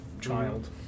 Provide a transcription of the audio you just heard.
child